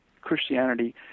Christianity